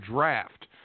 Draft